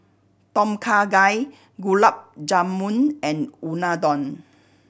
Tom Kha Gai Gulab Jamun and Unadon